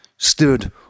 stood